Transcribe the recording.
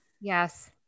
Yes